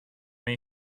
may